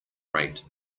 rate